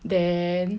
then